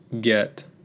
get